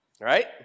Right